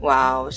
Wow